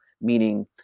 meaning